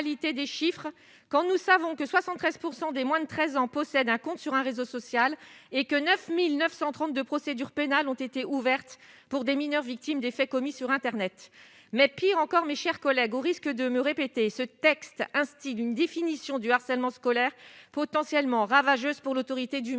des chiffres quand nous savons que 73 % des moins de 13 ans possèdent un compte sur un réseau social et que 9932 procédures pénales ont été ouvertes pour des mineurs victimes des faits commis sur internet mais pire encore, mes chers collègues, au risque de me répéter ce texte instead une définition du harcèlement scolaire potentiellement ravageuses pour l'autorité du maître